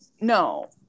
No